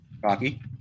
Rocky